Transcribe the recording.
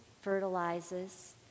fertilizes